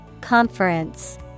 Conference